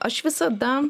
aš visada